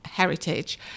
heritage